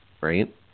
right